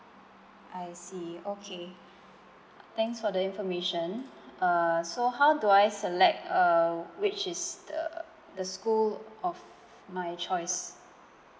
I see okay thanks for the information uh so how do I select uh which is the the school of my choice